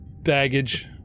baggage